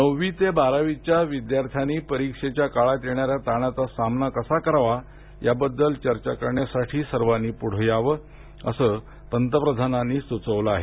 नववी ते बारावीच्या विद्यार्थ्यांनी परीक्षेच्या काळात येणाऱ्या ताणाचा सामना कसा करावा या बद्दल चर्चा करण्यासाठी सर्वांनी पुढे यावं असं पंतप्रधानांनी सुचवलं आहे